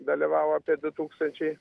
dalyvavo apie du tūkstančiai